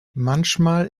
manchmal